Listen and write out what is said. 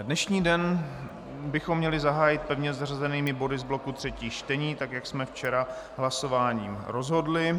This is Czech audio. Dnešní den bychom měli zahájit pevně zařazenými body z bloku třetích čtení, tak jak jsme včera hlasováním rozhodli.